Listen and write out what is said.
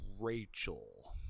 Rachel